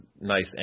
nice